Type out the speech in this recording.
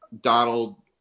Donald